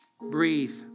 Breathe